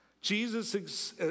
Jesus